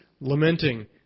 lamenting